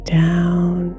down